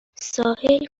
ساحل